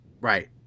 right